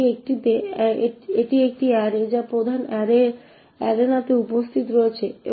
এটি একটি অ্যারে যা প্রধান অ্যারেনা তে উপস্থিত রয়েছে